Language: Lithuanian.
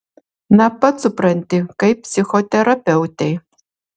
na pats supranti kaip psichoterapeutei